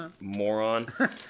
moron